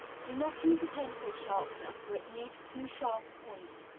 do not use a pencil sharpener, for it leaves too sharp a point.